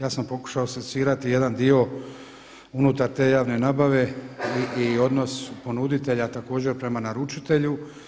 Ja sam pokušao secirati jedan dio unutar te javne nabave i odnos ponuditelja također prema naručitelju.